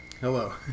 hello